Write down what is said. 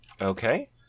Okay